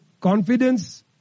confidence